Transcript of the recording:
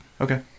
Okay